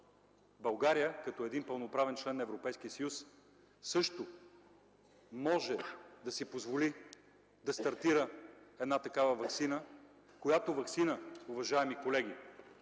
България като пълноправен член на Европейския съюз също може да си позволи да стартира такава ваксина. Уважаеми колеги,